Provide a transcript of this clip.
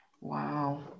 Wow